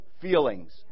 feelings